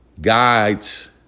guides